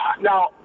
Now